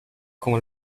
como